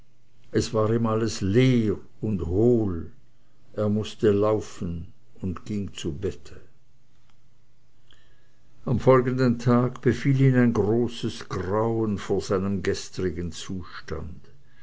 es war ihm alles leer und hohl er mußte laufen und ging zu bette am folgenden tag befiel ihn ein großes grauen vor seinem gestrigen zustand